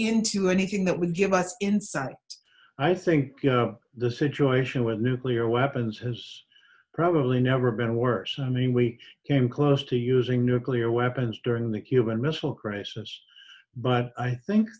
into anything that will give us insights i think the situation with nuclear weapons has probably never been worse i mean we came close to using nuclear weapons during the cuban missile crisis but i think